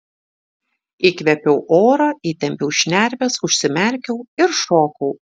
įkvėpiau oro įtempiau šnerves užsimerkiau ir šokau